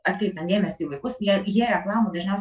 atkreipiant dėmesį į vaikus jie jie reklamų dažniausia